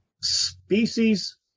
species